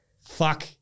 Fuck